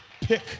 pick